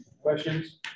Questions